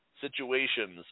situations